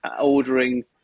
ordering